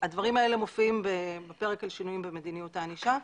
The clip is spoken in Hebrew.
הדברים האלה מופיעים בפרק על שינויים במדיניות הענישה.